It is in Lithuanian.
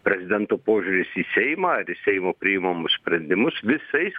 prezidento požiūris į seimą ar į seimo priimamus sprendimus visais